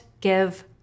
give